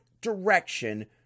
direction